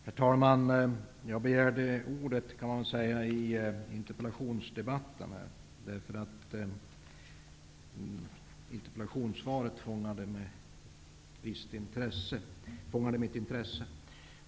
Herr talman! Jag begärde ordet i interpellationsdebatten eftersom interpellationssvaret fångade mitt intresse.